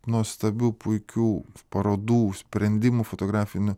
nuostabių puikių parodų sprendimų fotografinių